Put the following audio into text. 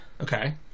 Okay